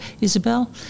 Isabel